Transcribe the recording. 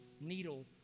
needle